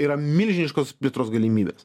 yra milžiniškos plėtros galimybės